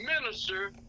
minister